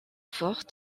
fort